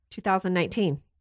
2019